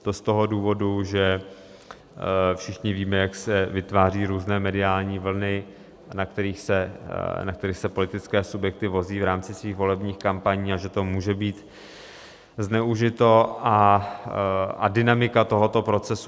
To z toho důvodu, že všichni víme, jak se vytváří různé mediální vlny, na kterých se politické subjekty vozí v rámci svých volebních kampaní, a že to může být zneužito, a dynamika tohoto procesu.